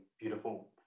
beautiful